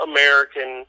American